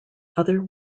other